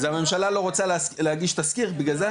אז הממשלה לא רוצה להגיש תזכיר, בגלל זה?